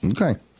Okay